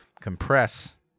compress